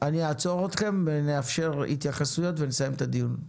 ואני אעצור אתכם ונאפשר התייחסויות ונסיים את הדיון.